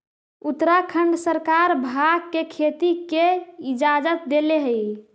उत्तराखंड सरकार भाँग के खेती के इजाजत देले हइ